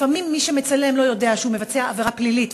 לפעמים מי שמצלם לא יודע שהוא מבצע עבירה פלילית,